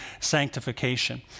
sanctification